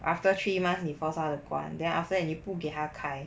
after three months 你 force 他 to 关 then after that 你不给他开